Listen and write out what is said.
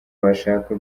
washaka